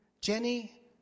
Jenny